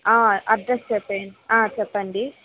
address చెప్పేయండి చెప్పండి